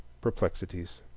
perplexities